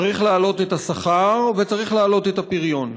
צריך להעלות את השכר וצריך להעלות את הפריון.